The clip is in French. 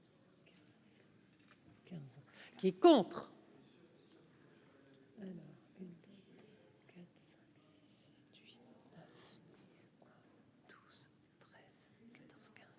Qui est contre.